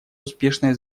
успешное